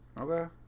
Okay